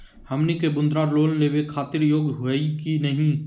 हमनी के मुद्रा लोन लेवे खातीर योग्य हई की नही?